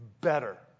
better